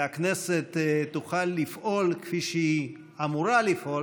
והכנסת תוכל לפעול כפי שהיא אמורה לפעול.